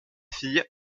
filles